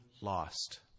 lost